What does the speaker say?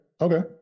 Okay